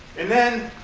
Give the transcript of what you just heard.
and then